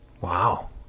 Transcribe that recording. Wow